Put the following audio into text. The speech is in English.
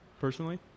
personally